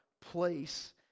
place